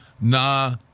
Nah